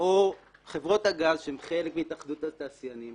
או חברות הגז שהן חלק מהתאחדות התעשיינים